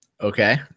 okay